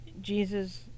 Jesus